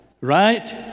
Right